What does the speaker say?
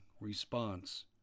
response